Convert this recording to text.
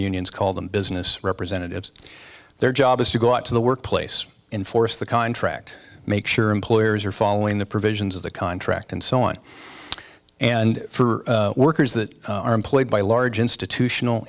unions call them business representatives their job is to go out to the workplace enforce the contract make sure employers are following the provisions of the contract and so on and for workers that are employed by large institutional